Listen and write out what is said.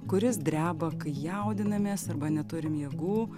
kuris dreba kai jaudinamės arba neturim jėgų